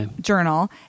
journal